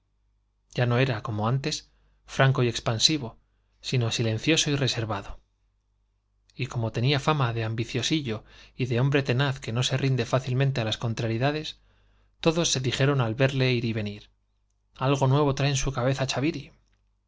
ya no era como antes franco y expansivo sillo silencioso y reservado y como tenía fama de ambiciosillo y de hombre tenaz que no se riride fácilmente á las contrariedades todos se dijeron al verle ir y venir trae en su cabeza